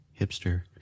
hipster